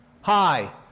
Hi